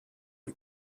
and